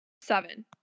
Seven